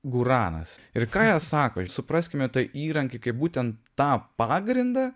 guranas ir ką jie sako supraskime tai įrankį kaip būtent tą pagrindą